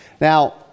Now